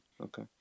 okay